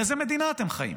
באיזו מדינה אתם חיים,